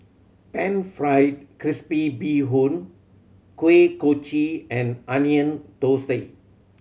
Pan Fried Crispy Bee Hoon Kuih Kochi and Onion Thosai